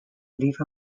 leaf